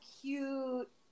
cute